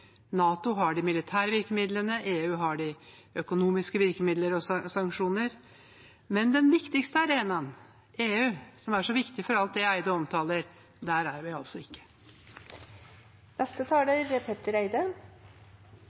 NATO har de militære virkemidlene. EU har de økonomiske virkemidler og sanksjoner. Men på den viktigste arenaen, EU, som er så viktig for alt det Eide omtaler, er vi altså ikke.